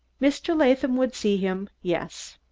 mr. latham would see him yes.